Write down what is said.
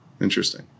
Interesting